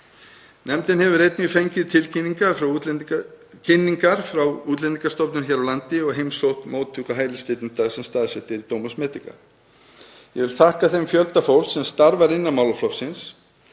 Nefndin hefur einnig fengið kynningar frá Útlendingastofnun hér á landi og heimsótt móttöku hælisleitenda sem staðsett er í Domus Medica. Ég vil þakka þeim fjölda fólks sem starfar innan málaflokksins,